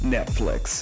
Netflix